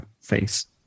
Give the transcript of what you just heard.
face